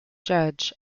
judge